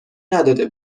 نداده